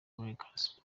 lakers